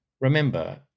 Remember